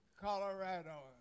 Colorado